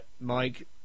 Mike